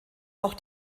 auch